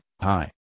Hi